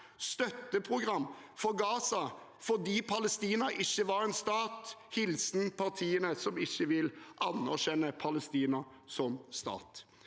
støtteprogram for Gaza fordi Palestina ikke er en stat – hilsen partiene som ikke vil anerkjenne Palestina som stat.